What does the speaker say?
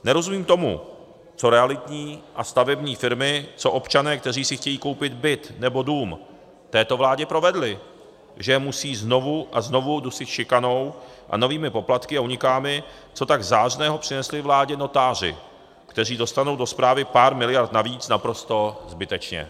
Nerozumím tomu, co realitní a stavební firmy, co občané, kteří si chtějí koupit byt nebo dům, této vládě provedli, že je musí znovu a znovu dusit šikanou a novými poplatky, a uniká mi, co tak zářného přinesli vládě notáři, kteří dostanou do správy pár miliard navíc naprosto zbytečně.